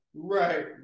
Right